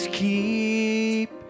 keep